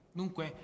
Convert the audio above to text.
dunque